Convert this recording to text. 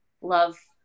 love